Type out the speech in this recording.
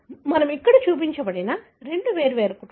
మనము ఇక్కడ చూపించినది రెండు వేర్వేరు కుటుంబాలు